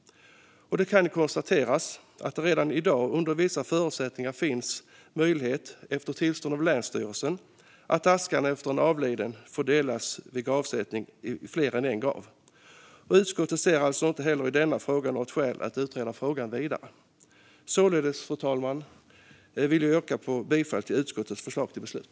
Det kan konstateras att det redan i dag, under vissa förutsättningar och efter tillstånd från länsstyrelsen, finns möjlighet att dela askan efter en avliden vid gravsättning i fler än en grav. Utskottet ser inte heller i denna fråga något skäl att utreda saken vidare. Således, fru talman, vill jag yrka bifall till utskottets förslag till beslut.